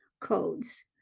codes